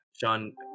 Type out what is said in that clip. John